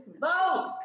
Vote